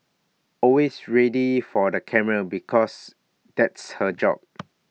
always ready for the camera because that's her job